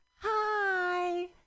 hi